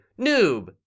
Noob